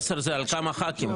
10 זה על כמה ח"כים?